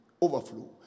overflow